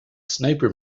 sniper